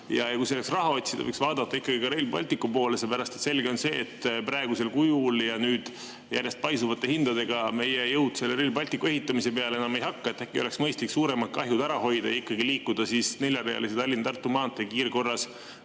Ja kui selleks raha otsida, võiks vaadata ikkagi Rail Balticu poole, seepärast, et selge on see, et praegusel kujul ja nüüd järjest paisuvate hindadega meie jõud selle Rail Balticu ehitamise peale enam ei hakka. Äkki oleks mõistlik suuremad kahjud ära hoida ja liikuda neljarealise Tallinna–[Pärnu] maantee kiirkorras